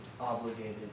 obligated